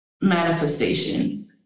manifestation